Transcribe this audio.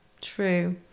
True